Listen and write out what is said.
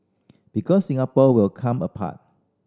because Singapore will come apart